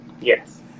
Yes